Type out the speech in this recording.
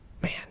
Man